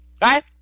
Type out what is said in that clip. right